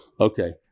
Okay